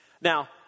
Now